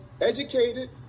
educated